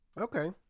Okay